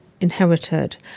inherited